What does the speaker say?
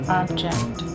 object